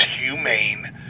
humane